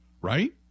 right